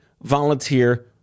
volunteer